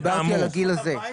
דיברתי על הגיל הזה.